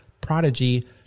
prodigy